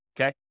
okay